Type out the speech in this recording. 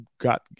got